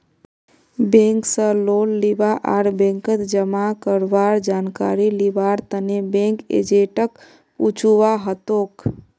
bank स loan लीबा आर बैंकत जमा करवार जानकारी लिबार तने बैंक एजेंटक पूछुवा हतोक